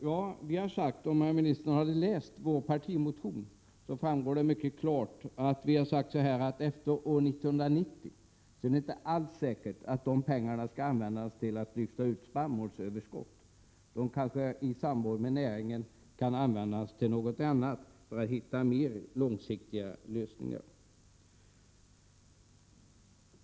Ja, om herr ministern hade läst vår 157 partimotion, hade han funnit att det av den mycket klart framgår att det inte alls är säkert att de pengarna efter 1990 skall användas till att kvitta ut spannmålsöverskotten. I samråd med näringen kanske man kommer fram till att de pengarna kan användas till något annat för att hitta mer långsiktiga lösningar.